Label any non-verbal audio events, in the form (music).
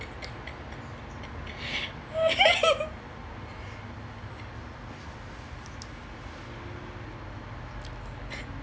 (laughs)